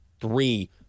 three